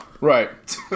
Right